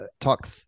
talk